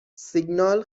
سیگنال